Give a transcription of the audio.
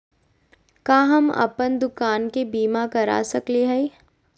का हम अप्पन दुकान के बीमा करा सकली हई?